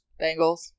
Bengals